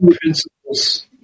principles